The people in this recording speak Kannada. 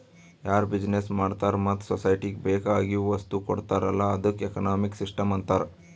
ಯಾರು ಬಿಸಿನೆಸ್ ಮಾಡ್ತಾರ ಮತ್ತ ಸೊಸೈಟಿಗ ಬೇಕ್ ಆಗಿವ್ ವಸ್ತು ಕೊಡ್ತಾರ್ ಅಲ್ಲಾ ಅದ್ದುಕ ಎಕನಾಮಿಕ್ ಸಿಸ್ಟಂ ಅಂತಾರ್